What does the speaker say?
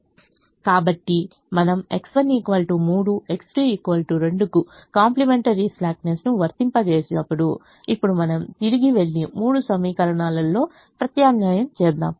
కాబట్టి మనము X1 3 X2 2 కు కాంప్లిమెంటరీ స్లాక్నెస్ను వర్తింపజేసినప్పుడుఇప్పుడు మనము తిరిగి వెళ్లి మూడు సమీకరణాలలో ప్రత్యామ్నాయం చేద్దాం